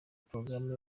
porogaramu